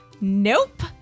Nope